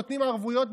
נותנים ערבויות,